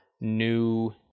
new